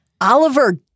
Oliver